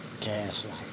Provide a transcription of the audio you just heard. gaslight